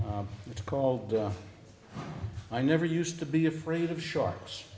it's called off i never used to be afraid of sharks